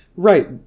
Right